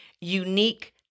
unique